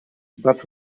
but